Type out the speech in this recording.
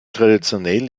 traditionell